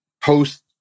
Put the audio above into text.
post